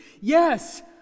yes